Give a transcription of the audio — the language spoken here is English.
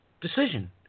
decision